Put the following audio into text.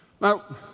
Now